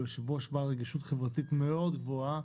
ביושב-ראש בעל רגישות חברתית מאוד גבוהה